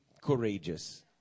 Courageous